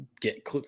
get